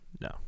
No